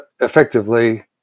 effectively